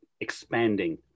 expanding